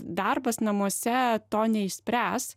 darbas namuose to neišspręs